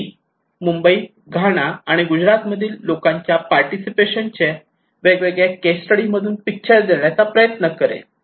मी Mumbai Ghana आणि गुजरातमधील लोकांच्या पार्टिसिपेशनचे वेगवेगळ्या केस स्टडी मधून पिक्चर देण्याचा प्रयत्न करेन